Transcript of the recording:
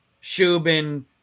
Shubin